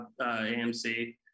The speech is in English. AMC